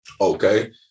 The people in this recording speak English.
Okay